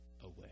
away